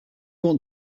want